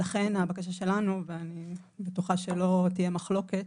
ולכן הבקשה שלנו, ואני בטוחה שלא תהיה מחלוקת,